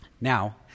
Now